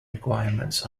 requirements